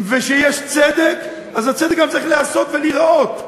וכשיש צדק, אז הצדק גם צריך להיעשות ולהיראות.